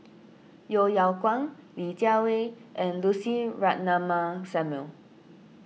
Yeo Yeow Kwang Li Jiawei and Lucy Ratnammah Samuel